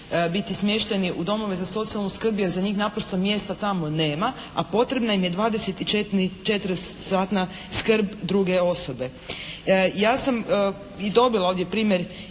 biti smješteni u domove za socijalnu skrb jer za njih naprosto mjesta tamo nema, a potrebna im je 24-satna skrb druge osobe. Ja sam i dobila ovdje primjer